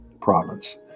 province